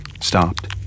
stopped